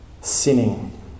sinning